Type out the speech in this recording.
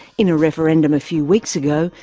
in a referendum a few weeks ago,